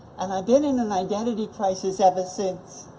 and i've been in an identity crisis ever since.